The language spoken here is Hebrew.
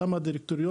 כמה דירקטוריון?